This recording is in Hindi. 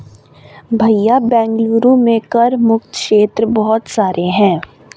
भैया बेंगलुरु में कर मुक्त क्षेत्र बहुत सारे हैं